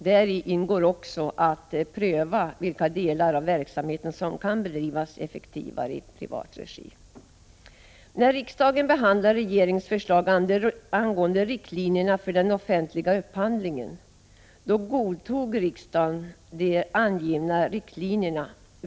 Däri ingår också att pröva vilka delar av verksamheten som kan bedrivas effektivare i privat regi. När riksdagen behandlade regeringens förslag angående riktlinjer för den offentliga upphandlingen, godtog riksdagen de angivna riktlinjerna.